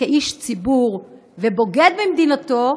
וכאיש ציבור ובוגד במדינתו,